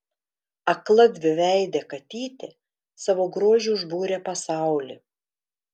akla dviveidė katytė savo grožiu užbūrė pasaulį